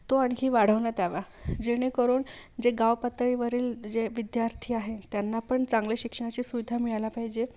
तो आणखी वाढवण्यात यावा जेणेकरून जे गाव पातळीवरील जे विद्यार्थी आहे त्यांना पण चांगल्या शिक्षणाची सुविधा मिळायला पाहिजे